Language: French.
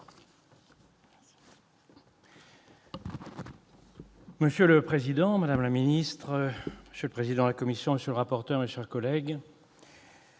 Monsieur le président, madame la ministre, monsieur le vice-président de la commission, monsieur le rapporteur, mes chers collègues,